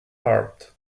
heart